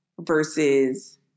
versus